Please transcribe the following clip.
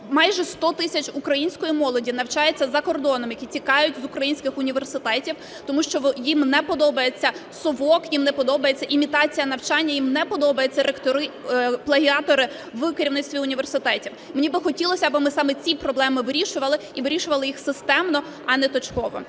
Майже 100 тисяч української молоді навчається за кордоном, які тікають з українських університетів, тому що їм не подобається "совок", їм не подобається імітація навчання, їм не подобаються ректори-плагіатори в керівництві університетів. Мені би хотілося, аби ми саме ці проблеми вирішували і вирішували їх системно, а не точково.